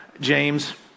James